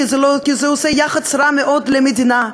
כי זה עושה יח"צ רע מאוד למדינה,